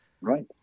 Right